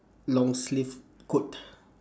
long sleeve coat